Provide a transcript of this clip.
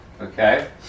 okay